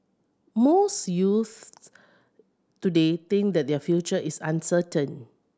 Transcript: most youths today think that their future is uncertain